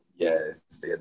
Yes